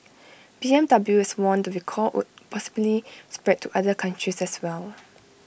B M W has warned the recall would possibly spread to other countries as well